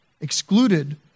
excluded